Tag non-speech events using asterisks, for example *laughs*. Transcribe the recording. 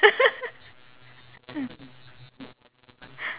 *laughs*